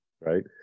right